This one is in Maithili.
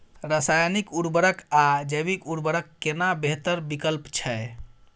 रसायनिक उर्वरक आ जैविक उर्वरक केना बेहतर विकल्प छै?